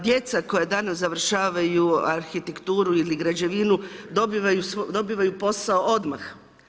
Djeca koja danas završavaju arhitekturu ili građevinu dobivaju posao odmah.